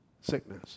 sickness